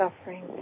suffering